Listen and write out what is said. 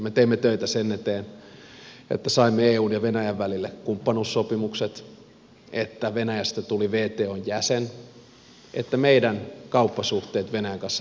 me teimme töitä sen eteen että saimme eun ja venäjän välille kumppanuussopimukset että venäjästä tuli wton jäsen että meidän kauppasuhteemme venäjän kanssa vahvistuivat